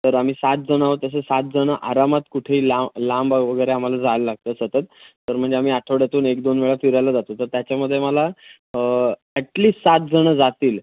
तर आम्ही सात जण आहोत असं सात जण आरामात कुठे ला लांब वगैरे आम्हाला जायला लागतं सतत तर म्हणजे आम्ही आठवड्यातून एक दोन वेळा फिरायला जातो तर त्याच्यामध्ये मला अॅटलिस सात जण जातील